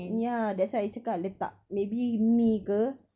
ya that's why I cakap letak maybe mi ke